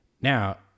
Now